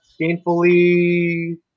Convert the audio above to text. painfully